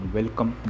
Welcome